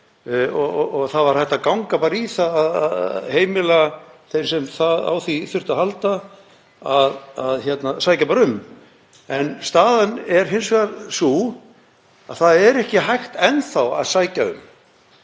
og það var hægt að ganga bara í það að heimila þeim sem á því þurftu að halda að sækja um. En staðan er hins vegar sú að ekki er enn hægt að sækja um.